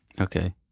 okay